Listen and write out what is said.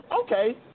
okay